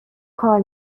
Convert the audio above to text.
کار